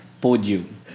Podium